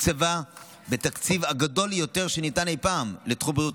תוקצבה בתקציב הגדול ביותר שניתן אי פעם לתחום בריאות